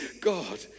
God